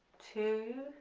two,